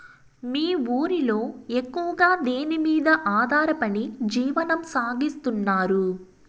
మీ ఊరిలో ఎక్కువగా దేనిమీద ఆధారపడి జీవనం సాగిస్తున్నారు?